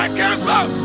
cancel